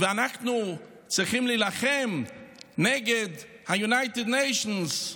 ואנחנו צריכים להילחם נגד ה-United Nations,